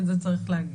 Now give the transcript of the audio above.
את זה צריך להגיד.